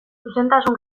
zuzentasun